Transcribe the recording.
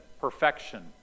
perfection